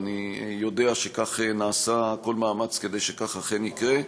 ואני יודע שנעשה כל מאמץ כדי שכך אכן יקרה,